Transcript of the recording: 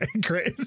great